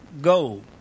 go